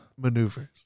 maneuvers